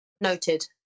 noted